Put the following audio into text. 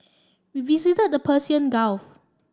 we visited the Persian Gulf